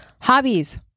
hobbies